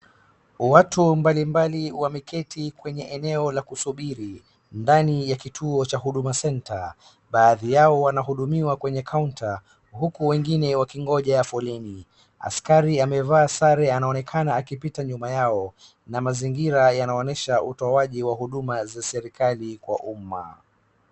Watu mbalimbali wameketi kwenye eneo la kusubiri ndani ya kituo cha Huduma Center. Baadhi yao wanahudumiwa kwenye kaunta huku wengine wakingoja foleni. Askari amevaa sare anaonekana akipita nyuma yao na mazingira yanaonesha utowaji wa huduma za serikali kwa umma.